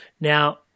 now